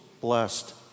blessed